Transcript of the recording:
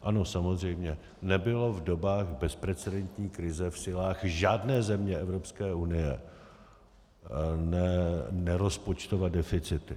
Ano, samozřejmě, nebylo v dobách bezprecedentní krize v silách žádné země Evropské unie nerozpočtovat deficity.